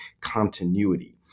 continuity